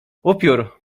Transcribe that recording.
upiór